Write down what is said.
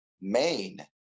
Maine